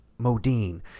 Modine